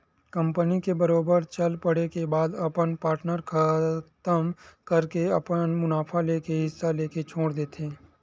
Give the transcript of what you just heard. company के बरोबर चल पड़े के बाद अपन पार्टनर खतम करके अपन मुनाफा लेके हिस्सा लेके छोड़ देथे